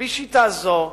על-פי שיטה זו,